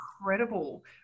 incredible